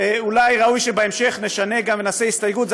אולי ראוי שבהמשך נשנה ונעשה הסתייגות,